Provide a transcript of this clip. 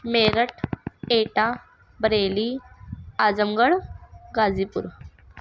Meerut Etah Bareilly Azamgarh غازی پور